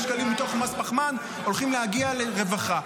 שקלים מתוך מס פחמן הולכים להגיע לרווחה.